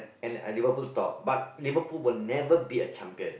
and and Liverpool top but Liverpool will never be a champion